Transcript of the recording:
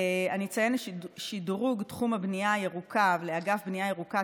אציין את שדרוג תחום הבנייה הירוקה לאגף בנייה ירוקה,